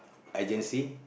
agency